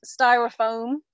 styrofoam